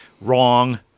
Wrong